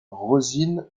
rosine